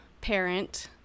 parent